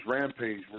rampage